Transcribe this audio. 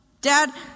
dad